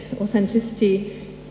authenticity